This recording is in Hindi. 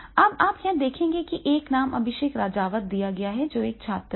अब यहाँ आप देखेंगे कि एक नाम अभिषेक राजावत दिया गया है जो एक छात्र है